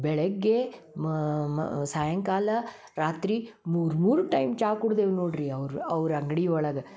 ಬೆಳಗ್ಗೆ ಮ ಮ ಸಾಯಂಕಾಲ ರಾತ್ರಿ ಮೂರು ಮೂರು ಟೈಮ್ ಚಾ ಕುಡ್ದೇವೆ ನೋಡ್ರಿ ಅವ್ರು ಅವ್ರು ಅಂಗಡಿ ಒಳಗೆ